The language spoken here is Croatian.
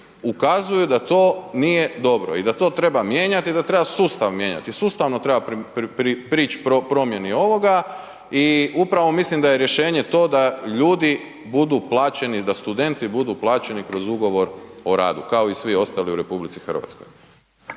ukazuju da to nije dobro i da to treba mijenjati i da treba sustav mijenjati. Sustavno treba prići promjeni ovoga i upravo mislim da je rješenje to da ljudi budu plaćeni, da studenti budu plaćeni kroz ugovor o radu, kao i svi ostali u RH.